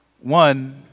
One